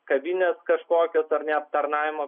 kavinės kažkokio ar ne aptarnavimo